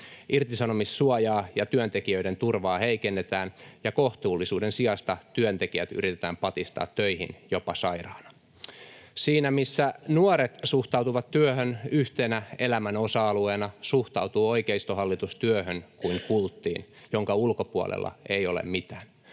Irtisanomissuojaa ja työntekijöiden turvaa heikennetään ja kohtuullisuuden sijasta työntekijät yritetään patistaa töihin jopa sairaana. Siinä missä nuoret suhtautuvat työhön yhtenä elämän osa-alueena, suhtautuu oikeistohallitus työhön kuin kulttiin, jonka ulkopuolella ei ole mitään.